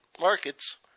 markets